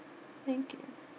thank you